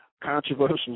controversial